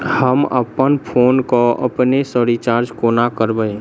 हम अप्पन फोन केँ अपने सँ रिचार्ज कोना करबै?